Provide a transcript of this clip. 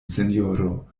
sinjoro